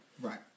Right